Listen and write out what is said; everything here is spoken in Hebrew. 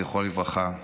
זכרו לברכה,